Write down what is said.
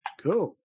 Cool